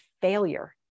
failure